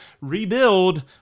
rebuild